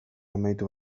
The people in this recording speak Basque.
amaitu